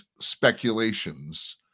speculations